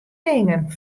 dingen